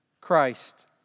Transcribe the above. Christ